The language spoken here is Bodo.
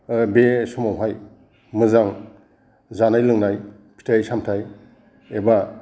बे समावहाय मोजां जानाय लोंनाय फिथाय सामथाय एबा